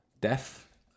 Death